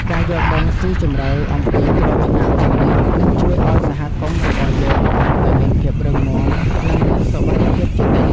ការយល់ដឹងស៊ីជម្រៅអំពីគ្រោះថ្នាក់ទាំងនេះនឹងជួយឱ្យសហគមន៍របស់យើងកាន់តែមានភាពរឹងមាំ និងមានសុវត្ថិភាពជានិច្ច។